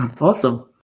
Awesome